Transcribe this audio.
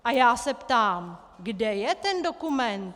A já se ptám: Kde je ten dokument?